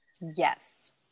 yes